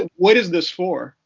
and what is this for?